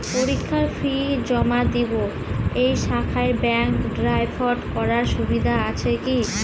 পরীক্ষার ফি জমা দিব এই শাখায় ব্যাংক ড্রাফট করার সুবিধা আছে কি?